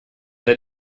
der